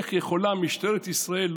איך יכולה משטרת ישראל,